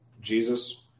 Jesus